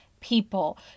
people